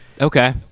okay